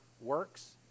works